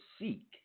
seek